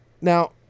Now